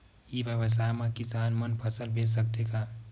ई व्यवसाय म किसान मन फसल बेच सकथे का?